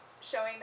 showing